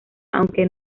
aunque